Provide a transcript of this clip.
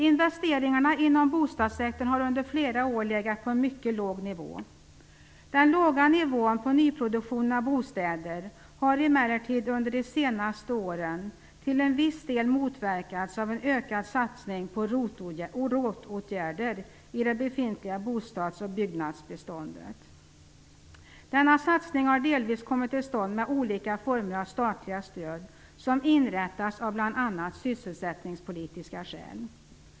Investeringarna inom bostadssektorn har under flera år legat på en mycket låg nivå. Den låga nivån på nyproduktionen av bostäder har emellertid under de senaste åren till viss del motverkats av en ökad satsning på ROT-åtgärder i det befintliga bostads och byggnadsbeståndet. Denna satsning har delvis kommit till stånd med olika former av statliga stöd som inrättas av bl.a. sysselsättningspolitiska skäl.